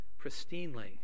pristinely